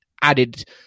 added